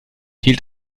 hielt